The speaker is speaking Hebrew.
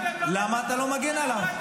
למה אתה לא מגן עליו?